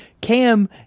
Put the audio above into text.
Cam